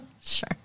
Sure